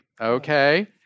Okay